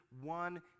one